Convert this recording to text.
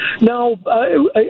No